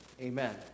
amen